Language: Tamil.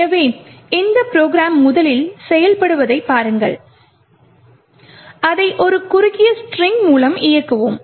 எனவே இந்த ப்ரோக்ராம் முதலில் செயல்படுவதைப் பாருங்கள் எனவே அதை ஒரு குறுகிய ஸ்ட்ரிங்க் மூலம் இயக்குவோம்